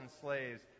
slaves